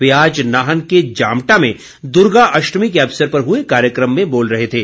वे आज नाहन के जमटा में दुर्गा अष्टमी के अवसर पर हुए कार्यक्रम में बोल रहे थे